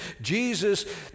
Jesus